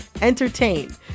entertain